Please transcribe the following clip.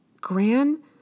Gran